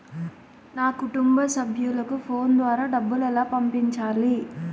నా కుటుంబ సభ్యులకు ఫోన్ ద్వారా డబ్బులు ఎలా పంపించాలి?